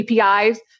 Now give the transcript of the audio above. APIs